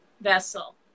vessel